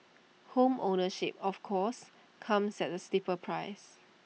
home ownership of course comes at A steeper price